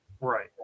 Right